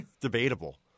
debatable